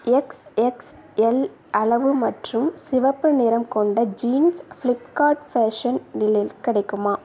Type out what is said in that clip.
X X L அளவு மற்றும் சிவப்பு நிறம் கொண்ட ஜீன்ஸ் ஃப்ளிப்கார்ட் ஃபேஷன் இல் கிடைக்குமா